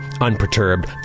unperturbed